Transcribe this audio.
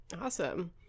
Awesome